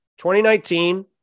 2019